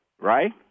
right